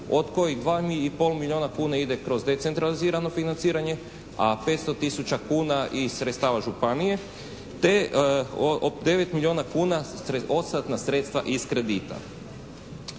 od kojih 2 i pol milijuna ide kroz decentralizirano financiranje, a 500 tisuća kuna iz sredstava županije, te 9 milijuna kuna odstatna sredstva iz kredita.